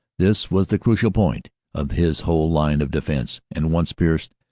this was the crucial point of his whole line of defense, and once pierced,